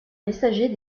messager